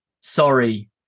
sorry